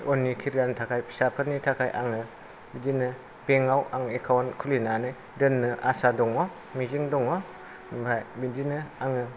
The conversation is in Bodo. उननि केरियारनि थाखाय फिसाफोरनि थाखाय आङो बिदिनो बेंकआव आं एकाउन्ट खुलिनानै दोननो आसा दङ मिजिं दङ ओमफ्राय बिदिनो आङो